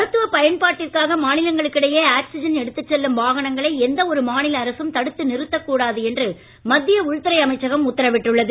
மருத்துவப் பயன்பாட்டிற்காக மாநிலங்களுக்கு இடையே ஆக்ஸிஜன் எடுத்துச் செல்லும் வாகனங்களை எந்த ஒரு மாநில அரசும் தடுத்து நிறுத்தக் கூடாது என்று மத்திய உள்துறை அமைச்சகம் உத்தரவிட்டுள்ளது